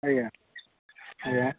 ଆଜ୍ଞା ଆଜ୍ଞା